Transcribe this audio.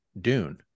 Dune